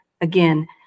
Again